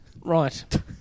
Right